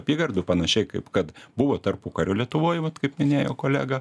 apygardų panašiai kaip kad buvo tarpukario lietuvoj vat kaip minėjo kolega